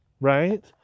right